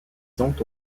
sont